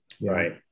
Right